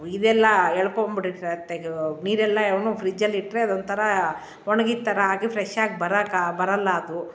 ಇದೆಲ್ಲ ಎಳ್ಕೊಂಬಿಡಿರುತ್ತೆ ನೀರೆಲ್ಲ ಅವನ್ನೂ ಫ್ರಿಡ್ಜಲ್ಲಿ ಇಟ್ಟರೆ ಅದೊಂಥರ ಒಣಗಿದ ಥರ ಆಗಿ ಫ್ರೆಶಾಗಿ ಬರಕ ಬರಲ್ಲ ಅದು